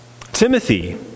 Timothy